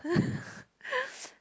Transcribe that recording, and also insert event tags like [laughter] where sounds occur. [laughs]